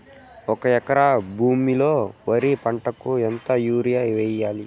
ఒక ఎకరా భూమిలో వరి పంటకు ఎంత యూరియ వేయల్లా?